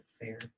fair